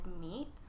meat